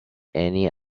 any